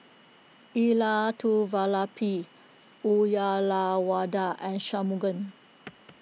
Elattuvalapil Uyyalawada and Shunmugam